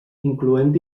incloent